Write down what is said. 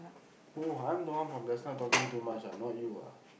who I'm the one from the just now talking too much ah not you ah